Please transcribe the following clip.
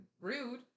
Rude